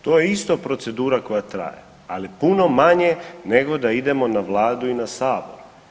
To je isto procedura koja traje, ali puno manje nego da idemo na vladu i sabor.